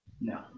No